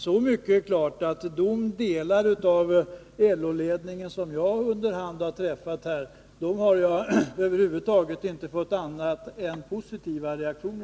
Så mycket är dock klart att de delar av LO-ledningen som jag har träffat under hand inte har givit annat än positiva reaktioner.